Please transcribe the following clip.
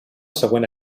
següent